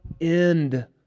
end